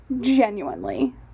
Genuinely